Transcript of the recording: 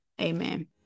Amen